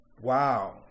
Wow